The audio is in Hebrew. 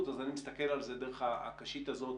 אז אני מסתכל על זה דרך הקשית הזאת,